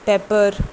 pepper